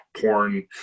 porn